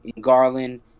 Garland